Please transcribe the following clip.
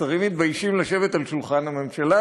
השרים מתביישים לשבת על-יד שולחן הממשלה,